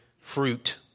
fruit